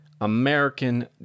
American